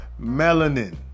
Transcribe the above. melanin